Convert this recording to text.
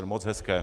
Moc hezké!